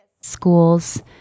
schools